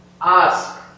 ask